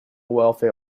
welfare